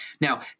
Now